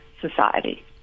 society